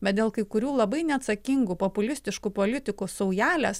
bet dėl kai kurių labai neatsakingų populistiškų politikų saujelės